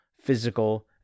physical